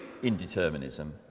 indeterminism